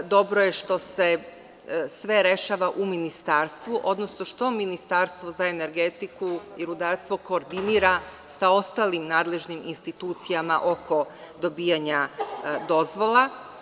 Dobro je što se sve rešava u Ministarstvu, odnosno što Ministarstvo za energetiku i rudarstvo koordinira sa ostalim nadležnim institucijama oko dobijanja dozvola.